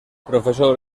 profesor